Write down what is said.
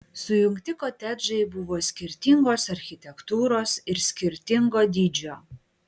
sujungti kotedžai buvo skirtingos architektūros ir skirtingo dydžio